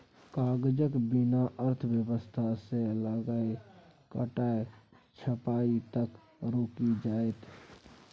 कागजक बिना अर्थव्यवस्था सँ लकए टकाक छपाई तक रुकि जाएत